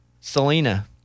Selena